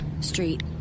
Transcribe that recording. Street